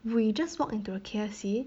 we just walk into the K_F_C